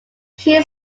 key